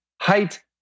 height